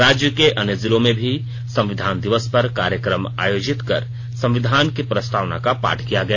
राज्य के अन्य जिलों में भी संविधान दिवस पर कार्यक्रम आयोजित कर संविधान की प्रस्तावना का पाठ किया गया